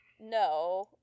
no